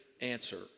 answer